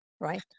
right